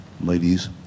ladies